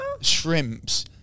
shrimps